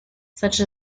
such